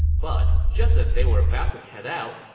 but just as they were about to head out,